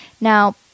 Now